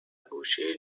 گوشه